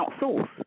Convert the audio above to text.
outsource